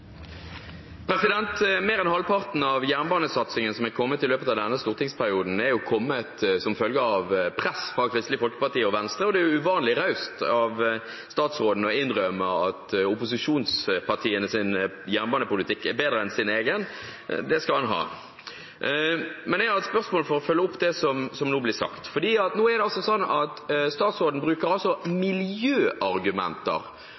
Mer enn halvparten av jernbanesatsingen som er kommet i løpet av denne stortingsperioden, er kommet som følge av press fra Kristelig Folkeparti og Venstre, og det er uvanlig raust av statsråden å innrømme at opposisjonspartienes jernbanepolitikk er bedre enn hans egen – det skal han ha. Men jeg har ett spørsmål – for å følge opp det som nå blir sagt. Nå er det slik at statsråden bruker